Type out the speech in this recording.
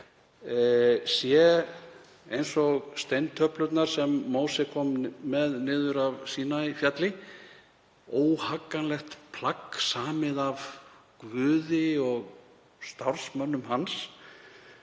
sé eins og steintöflurnar sem Móse kom með niður af Sínaí-fjalli, óhagganlegt plagg, samið af guði og starfsmönnum hans.